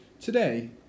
Today